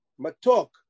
Matok